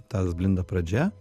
tadas blinda pradžia